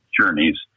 journeys